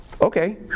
Okay